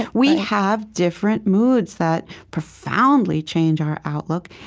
ah we have different moods that profoundly change our outlook,